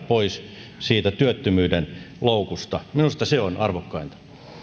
pois siitä työttömyyden loukusta minusta se on arvokkainta